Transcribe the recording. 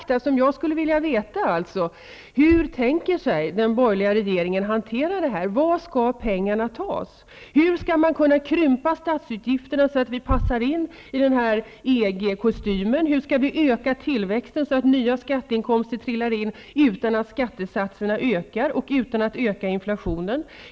Jag skulle vilja veta hur den borgerliga regeringen tänker hantera detta. Var skall pengarna tas? Hur skall man kunna krympa statsutgifterna så att vi passar in i EG-kostymen? Hur skall vi öka tillväxten så att nya skatteinkomster trillar in utan att skattesatserna ökar och utan att öka inflationen?